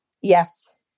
Yes